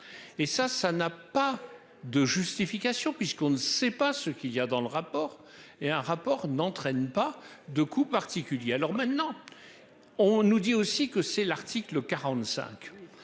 Et ça, ça n'a pas de justification puisqu'on ne sait pas ce qu'il y a dans le rapport est un rapport n'entraîne pas de coup particulier alors maintenant. On nous dit aussi que c'est l'article 45.